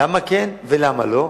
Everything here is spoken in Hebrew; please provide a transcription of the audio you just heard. למה כן ולמה לא.